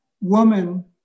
woman